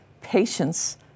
patience